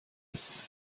ist